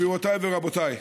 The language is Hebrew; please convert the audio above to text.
גבירותיי ורבותיי,